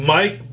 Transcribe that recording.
Mike